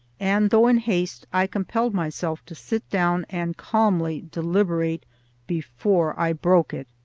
and, though in haste, i compelled myself to sit down and calmly deliberate before i broke it.